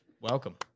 Welcome